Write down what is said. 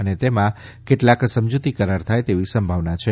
અને તેમાં કેટલાંક સમજૂતી કરાર થાય તેવી સંભાવના છે